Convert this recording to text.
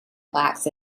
plaques